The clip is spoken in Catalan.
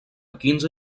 quinze